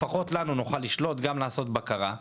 לפחות אנחנו נוכל לשלוט וגם לעשות בקרה,